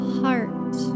heart